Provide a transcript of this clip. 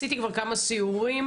הנושא הוא פגיעה בזכויות אסירים ובני